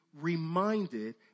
reminded